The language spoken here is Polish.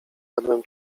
jadłem